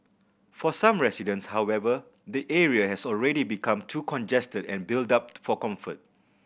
for some residents however the area has already become too congested and built up for comfort